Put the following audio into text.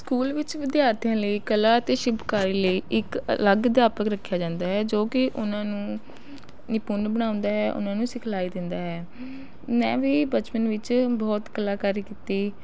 school ਵਿੱਚ ਵਿਦਿਆਰਥੀਆਂ ਲਈ ਕਲਾ ਅਤੇ ਸ਼ਿਲਪਕਾਰੀ ਲਈ ਇੱਕ ਅਲੱਗ ਅਧਿਆਪਕ ਰੱਖਿਆ ਜਾਂਦਾ ਹੈ ਜੋ ਕਿ ਉਹਨਾਂ ਨੂੰ ਨਿਪੁੰਨ ਬਣਾਉਂਦਾ ਹੈ ਉਹਨਾਂ ਨੂੰ ਸਿਖਲਾਈ ਦਿੰਦਾ ਹੈ ਮੈਂ ਵੀ ਬਚਪਨ ਵਿੱਚ ਬਹੁਤ ਕਲਾਕਾਰੀ ਕੀਤੀ